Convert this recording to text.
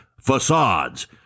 facades